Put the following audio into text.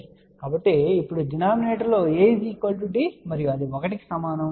కాబట్టి ఇప్పుడు డినామినేటర్ లో A D మరియు అది 1 కి సమానం